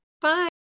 Bye